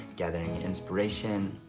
gathering inspiration,